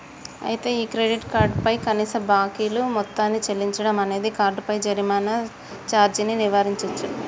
అయితే ఈ credit card పై కనీస బాకీలు మొత్తాన్ని చెల్లించడం అనేది కార్డుపై జరిమానా సార్జీని నివారించవచ్చు